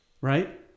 right